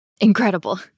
incredible